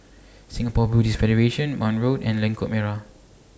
Singapore Buddhist Federation Marne Road and Lengkok Merak